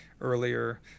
earlier